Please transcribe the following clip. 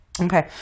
Okay